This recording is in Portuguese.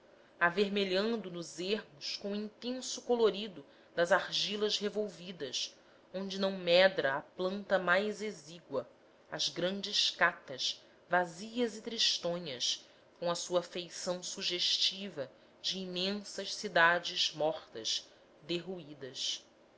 avermelhando nos ermos com o intenso colorido das argilas revolvidas onde não medra a planta mais exígua as grandes catas vazias e tristonhas com a sua feição sugestiva de imensas cidades mortas derruídas